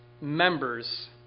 members